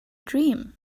dream